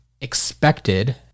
expected